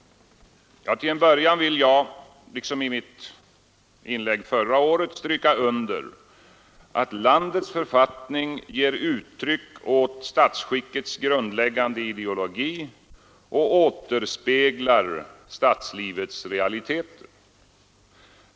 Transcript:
Till en början vill jag — liksom i mitt inlägg förra året — stryka under att landets författning ger uttryck för statsskickets grundläggande ideologi och återspeglar statslivets realiteter.